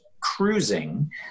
cruising